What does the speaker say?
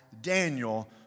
Daniel